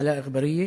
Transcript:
עלא אגבאריה,